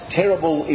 terrible